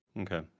Okay